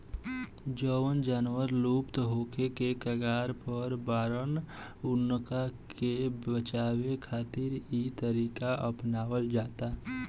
जवन जानवर लुप्त होखे के कगार पर बाड़न उनका के बचावे खातिर इ तरीका अपनावल जाता